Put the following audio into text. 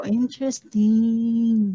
interesting